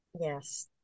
Yes